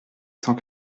cent